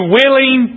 willing